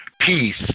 peace